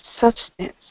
substance